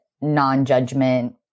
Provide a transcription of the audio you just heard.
non-judgment